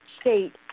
state